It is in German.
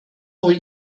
wohl